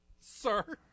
Sir